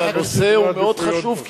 אבל הנושא הוא מאוד חשוב,